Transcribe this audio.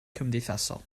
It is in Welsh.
cymdeithasol